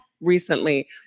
recently